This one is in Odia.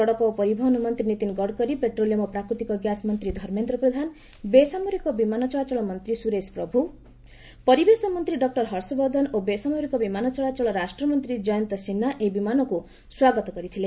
ସଡ଼କ ଓ ପରିବହନ ମନ୍ତ୍ରୀ ନୀତିନ ଗଡ଼କରୀ ପେଟ୍ରୋଲିୟମ୍ ଓ ପ୍ରାକୃତିକ ଗ୍ୟାସ୍ ମନ୍ତ୍ରୀ ଧର୍ମେନ୍ଦ୍ର ପ୍ରଧାନ ବେସାମରିକ ବିମାନ ଚଳାଚଳ ମନ୍ତ୍ରୀ ସୁରେଶ ପ୍ରଭୁ ପରିବେଶ ମନ୍ତ୍ରୀ ଡକ୍ଟର ହର୍ଷବର୍ଦ୍ଧନ ଓ ବେସାମରିକ ବିମାନ ଚଳାଚଳ ରାଷ୍ଟ୍ରମନ୍ତ୍ରୀ ଜୟନ୍ତ ସିହା ଏହି ବିମାନକୁ ସ୍ୱାଗତ କରିଥିଲେ